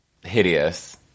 Hideous